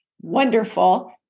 Wonderful